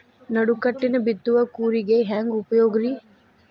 ನಡುಕಟ್ಟಿನ ಬಿತ್ತುವ ಕೂರಿಗೆ ಹೆಂಗ್ ಉಪಯೋಗ ರಿ?